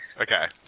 Okay